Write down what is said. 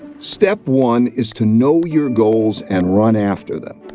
step one is to know your goals and run after them.